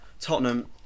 Tottenham